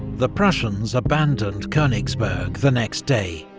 the prussians abandoned konigsberg the next day,